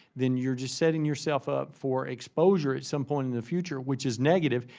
then you're just setting yourself up for exposure at some point in the future which is negative,